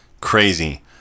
crazy